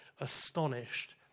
astonished